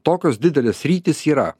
tokios didelės sritys yra